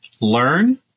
learn